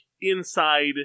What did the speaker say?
inside